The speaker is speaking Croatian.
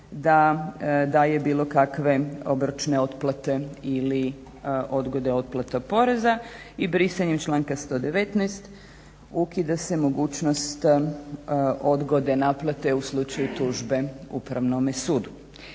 da daje bilo kakve obročne otplate ili odgode otplate poreza i brisanjem članka 119.ukida se mogućnost odgode naplate u slučaju tužbe Upravnome sudu.